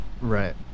Right